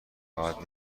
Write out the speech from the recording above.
راحت